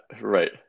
right